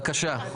בבקשה.